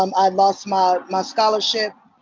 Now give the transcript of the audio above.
um i lost my my scholarship.